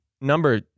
number